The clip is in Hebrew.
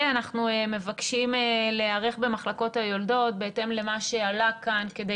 ואנחנו מבקשים להיערך במחלקות היולדות בהתאם למה שעלה כאן כדי